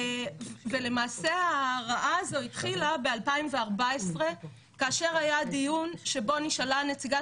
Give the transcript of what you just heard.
למעשה הרעה הזו התחילה ב-2014 כאשר היה דיון שבו נשאלה הנציגה